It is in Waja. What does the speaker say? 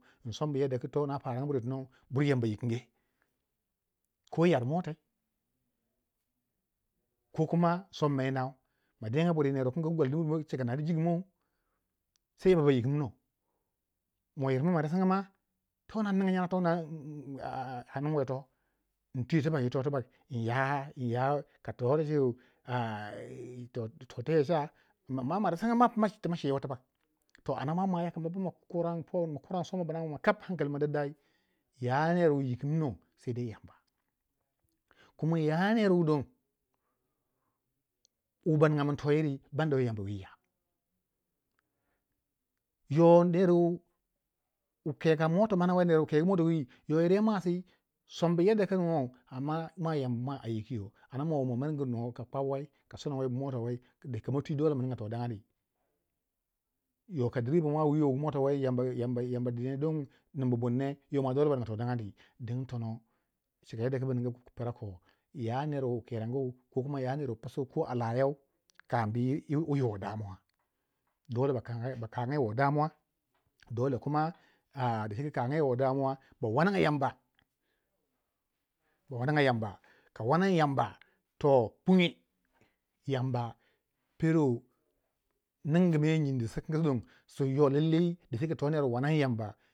yinsombu yandoku towuna buru yamba yikingo ko yar motau ko kuma somma yi nau ma denga ner wukin wu gwala dimir mo na arr jigimau sai Yamba ba yikimno, moyirmai ma rasanga ma to wuna in ninga nyema in ninga a nunwa yito intwiyo tiba yito tibak ka to rechi, ka to te ye cha, marasanga ma tu ma cewei tibak ana mwamwa yau kama kurang somma buna ankali mo daddai ya ner wu yikinmo saidai Yamba, kuma ya don ner wu ba ninga min to yiri banda wu Yamba wi ya, yo ner wu ka ke ka mota mana wei yo ner wu kengu mota wi yo yir ye mwasi sombu yadda ku ningou yo mwa Yamba a yikiyo ana mo ma amiringu nuwa kabu sonowai kabu kwap wai kama twi dole maninga to dangani yo ka direba ma woyo wugu mita wei, Yamba dina don ning bu ne yo mwa dole ba ninga to dangani ding tono cika yadda ku bu ningu pelenu ya ner wu kernegu ya ner wu psiu a layau kanubu yi wo damuwa, dole ba kanga yi wo damuwa, dole kuma dacike a kanga yi wo damuwa ba wannaga Yamba, ba wanaga yamba ka wanani Yamba toh punge Yamba pero ningi me nyindi sikingi don su yo lalllai dacike to ner wu wannai Yamba